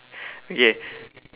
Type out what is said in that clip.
okay